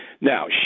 Now